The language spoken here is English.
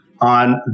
on